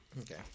Okay